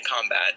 combat